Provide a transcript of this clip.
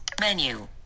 Menu